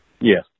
Yes